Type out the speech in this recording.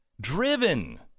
driven